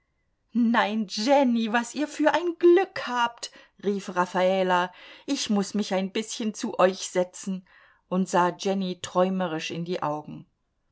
nein jenny was ihr für ein glück habt rief raffala ich muß mich ein bißchen zu euch setzen und sah jenny träumerisch in die augen